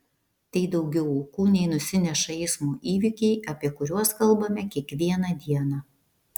tai daugiau aukų nei nusineša eismo įvykiai apie kuriuos kalbame kiekvieną dieną